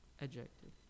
Adjective